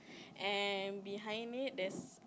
and behind it there's